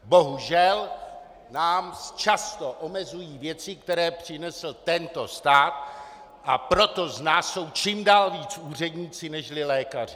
Bohužel nás často omezují věci, které přinesl tento stát, a proto z nás jsou čím dál víc úředníci než lékaři.